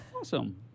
Awesome